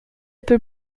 être